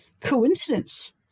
Coincidence